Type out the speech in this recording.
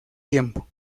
tiempo